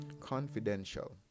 confidential